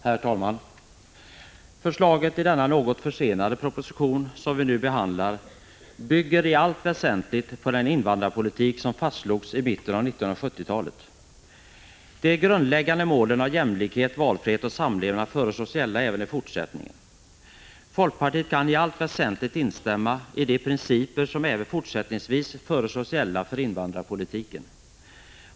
Herr talman! Förslaget i den något försenade proposition som vi nu behandlar bygger i allt väsentligt på den invandrarpolitik som fastslogs i mitten av 1970-talet. De grundläggande målen jämlikhet, valfrihet och samlevnad föreslås gälla även i fortsättningen. Folkpartiet kan i allt väsentligt instämma i de principer som även fortsättningsvis föreslås gälla för invandrarpolitiken.